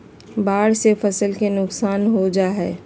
बाढ़ से फसल के नुकसान हो जा हइ